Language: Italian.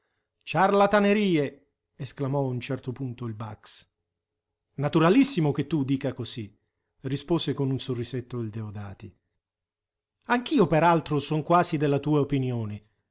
definiva ciarlatanerie esclamò a un certo punto il bax naturalissimo che tu dica così rispose con un sorrisetto il deodati anch'io per altro son quasi della tua opinione